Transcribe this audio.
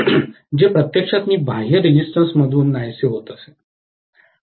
जे प्रत्यक्षात मी बाह्य रेजिस्टन्स मधुन नाहीसे होत असेन